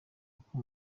uko